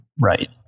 right